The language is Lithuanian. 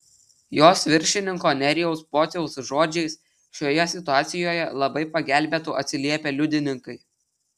jos viršininko nerijaus pociaus žodžiais šioje situacijoje labai pagelbėtų atsiliepę liudininkai